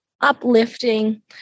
uplifting